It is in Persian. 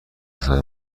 حساب